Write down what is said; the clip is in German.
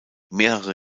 mehrere